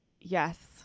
yes